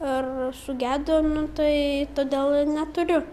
ir sugedo nu tai todėl neturiu